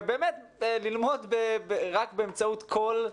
ובאמת ללמוד רק באמצעות קול,